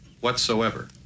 whatsoever